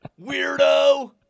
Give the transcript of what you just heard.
Weirdo